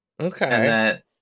Okay